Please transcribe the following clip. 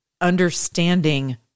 understanding